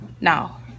now